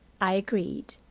i agreed.